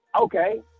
okay